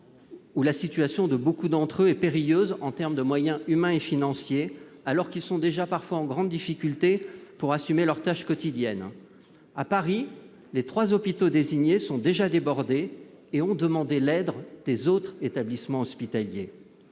où la situation de beaucoup d'entre eux est périlleuse en matière de moyens humains et financiers, alors qu'ils sont déjà parfois en grande difficulté pour assumer leurs tâches quotidiennes ? À Paris, les trois hôpitaux désignés sont déjà débordés et ont demandé l'aide des autres établissements hospitaliers.